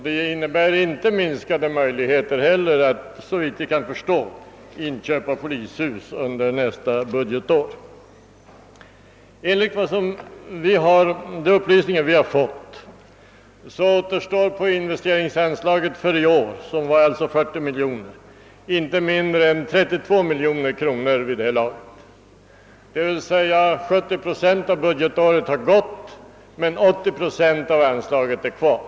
Det innebär inte heller, såvitt vi kan förstå, minskade möjligheter till inköp av polishus under nästa budgetår. Enligt de upplysningar vi har fått återstår på investeringsanslaget för i år, som var 40 miljoner kronor, inte mindre än 32 miljoner. 70 procent av budgetåret har gått men 80 procent av anslaget är kvar.